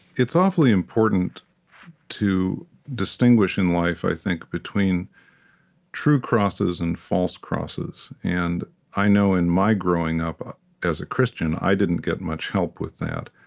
it's awfully important to distinguish in life, i think, between true crosses and false crosses. and i know, in my growing up as a christian, i didn't get much help with that.